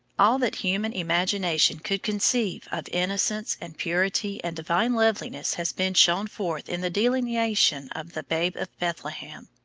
all that human imagination could conceive of innocence and purity and divine loveliness has been shown forth in the delineation of the babe of bethlehem.